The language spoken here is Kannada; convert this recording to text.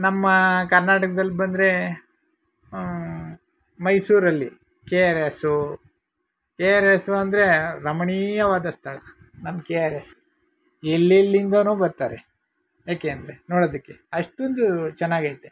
ನಮ್ಮ ಕರ್ನಾಟಕದಲ್ಲಿ ಬಂದರೆ ಮೈಸೂರಲ್ಲಿ K R S K R S ಅಂದರೆ ರಮಣೀಯವಾದ ಸ್ಥಳ ನಮ್ಮ ಕೆ ಆರ್ ಎಸ್ ಎಲ್ಲೆಲ್ಲಿಂದಾನೋ ಬರ್ತಾರೆ ಯಾಕೆಂದರೆ ನೋಡೋದಕ್ಕೆ ಅಷ್ಟೊಂದು ಚೆನ್ನಾಗೈತೆ